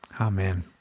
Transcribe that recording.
Amen